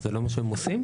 זה לא מה שהם עושים?